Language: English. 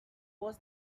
was